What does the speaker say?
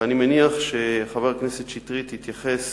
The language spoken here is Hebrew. אני מניח שחבר הכנסת שטרית התייחס